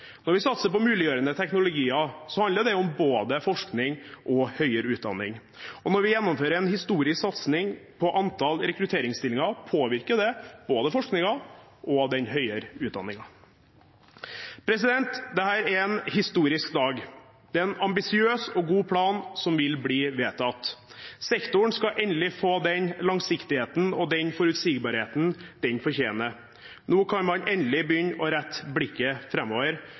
Når vi satser på muliggjørende teknologier, handler det om både forskning og høyere utdanning. Når vi gjennomfører en historisk satsing på antall rekrutteringsstillinger, påvirker det både forskningen og den høyere utdanningen. Dette er en historisk dag. Det er en ambisiøs og god plan som vil bli vedtatt. Sektoren skal endelig få den langsiktigheten og den forutsigbarheten den fortjener. Nå kan man endelig begynne å rette blikket